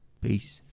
Peace